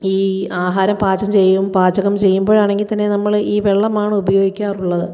ഈ ആഹാരം പാചകം ചെയ്യും പാചകം ചെയ്യുമ്പോഴാണെങ്കിൽ തന്നെ നമ്മൾ ഈ വെള്ളമാണ് ഉപയോഗിക്കാറുള്ളത്